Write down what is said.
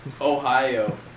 Ohio